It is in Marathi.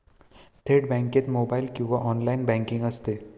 थेट बँकेत मोबाइल किंवा ऑनलाइन बँकिंग असते